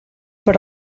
per